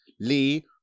Lee